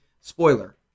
spoiler